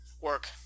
work